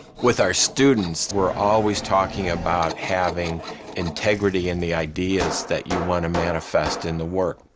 with our students, we're always talking about having integrity in the ideas that you want to manifest in the work.